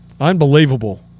Unbelievable